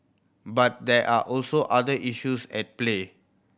but there are also other issues at play